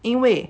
因为